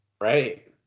Right